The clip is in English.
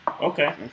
Okay